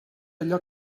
allò